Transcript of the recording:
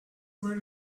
were